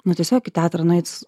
nu tiesiog į teatrą nueit